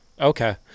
Okay